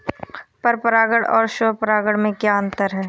पर परागण और स्वयं परागण में क्या अंतर है?